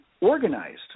organized